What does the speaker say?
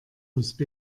usb